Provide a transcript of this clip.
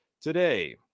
today